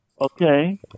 Okay